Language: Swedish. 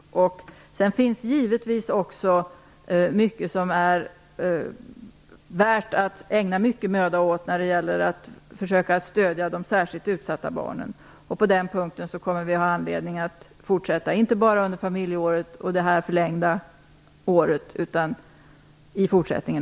Sedan finns det givetvis också mycket som är värt att ägna mycken möda åt när det gäller att försöka stödja de särskilt utsatta barnen. På den punkten kommer vi att ha anledning att fortsätta, inte bara under familjeåret och det förlängda året, utan också i fortsättningen.